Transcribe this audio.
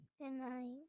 Goodnight